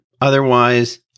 otherwise